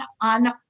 on